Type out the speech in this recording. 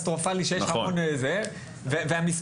נכון.